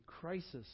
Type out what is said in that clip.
crisis